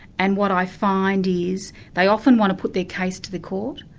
and what i find is they often want to put their case to the court.